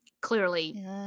clearly